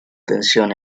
tensión